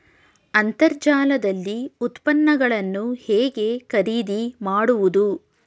ಅಂತರ್ಜಾಲದಲ್ಲಿ ಉತ್ಪನ್ನಗಳನ್ನು ಹೇಗೆ ಖರೀದಿ ಮಾಡುವುದು?